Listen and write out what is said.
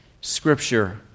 Scripture